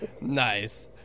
Nice